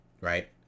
Right